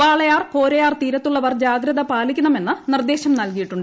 വാളയാർകോരയാർ തീരത്തുള്ളവർ ജാഗ്രത പാലിക്കണമെന്ന് നിർദ്ദേശം നൽകിയിട്ടുണ്ട്